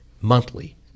monthly